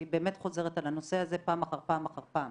והיא באמת חוזרת על הנושא הזה פעם אחר פעם אחר פעם